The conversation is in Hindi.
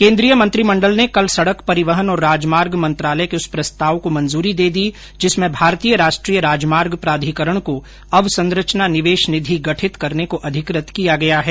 केन्द्रीय मंत्रिमंडल ने कल सड़क परिवहन और राजमार्ग मंत्रालय के उस प्रस्ताव को मंजूरी दे दी जिसमें भारतीय राष्ट्रीय राजमार्ग प्राधिकरण को अवसंरचना निवेश निधि गठित करने को अधिकृत किया गया है